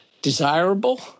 desirable